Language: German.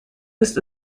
ist